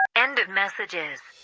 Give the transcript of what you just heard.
end of messages